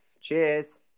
Cheers